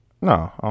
no